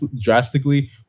drastically